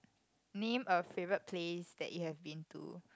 name a favourite place that you have been to